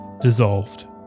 dissolved